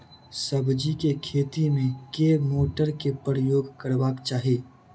सब्जी केँ खेती मे केँ मोटर केँ प्रयोग करबाक चाहि?